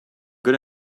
good